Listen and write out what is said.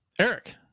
Eric